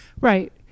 Right